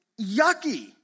yucky